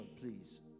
please